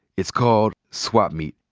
it's called swap meet.